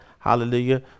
Hallelujah